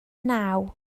naw